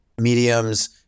Mediums